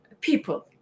people